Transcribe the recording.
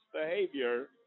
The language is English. behavior